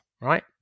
right